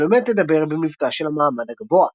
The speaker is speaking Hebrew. שלומדת לדבר במבטא של המעמד הגבוה.